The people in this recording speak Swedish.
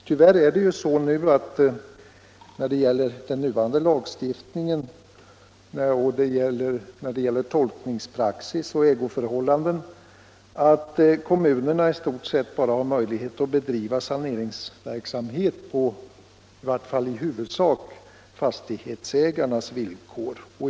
Tyvärr är det så att med nuvarande lagstiftning, tolkningspraxis och ägoförhållanden kommunerna i stort sett bara har möjlighet att bedriva saneringsverksamhet på i huvudsak fastighetsägarnas villkor.